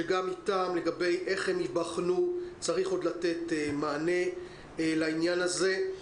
שגם לגבי איך הם ייבחנו צריך עוד לתת מענה לעניין הזה.